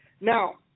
Now